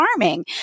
farming